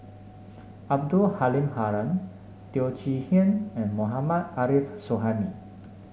Abdul Halim Haron Teo Chee Hean and Mohammad Arif Suhaimi